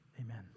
Amen